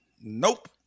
Nope